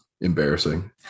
Embarrassing